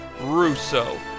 Russo